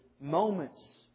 moments